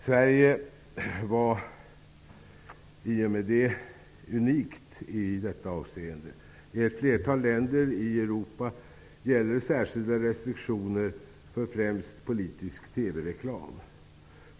Sverige var i och med det unikt i detta avseende. I ett flertal länder i Europa gäller särskilda restriktioner, främst för politisk TV-reklam.